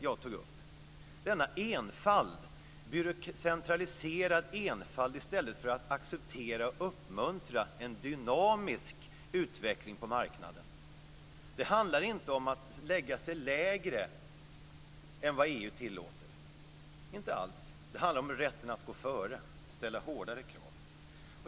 Jag tog upp denna centraliserade enfald som man tillämpar i stället för att acceptera och uppmuntra en dynamisk utveckling på marknaden. Det handlar inte alls om att lägga sig lägre än vad EU tillåter, utan det handlar om rätten att gå före och ställa hårdare krav.